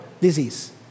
disease